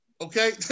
Okay